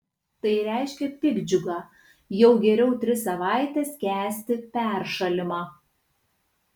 tai reiškia piktdžiugą jau geriau tris savaites kęsti peršalimą